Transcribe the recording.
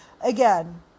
again